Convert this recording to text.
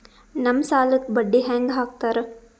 ನಮ್ ಸಾಲಕ್ ಬಡ್ಡಿ ಹ್ಯಾಂಗ ಹಾಕ್ತಾರ?